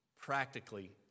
practically